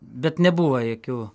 bet nebuvo jakių